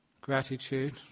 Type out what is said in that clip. Gratitude